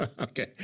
Okay